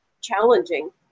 challenging